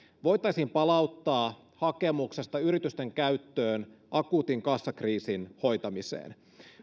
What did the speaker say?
voitaisiin palauttaa hakemuksesta yritysten käyttöön akuutin kassakriisin hoitamiseen